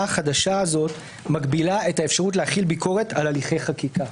החדשה הזאת מגבילה את האפשרות להחיל ביקורת על הליכי חקיקה.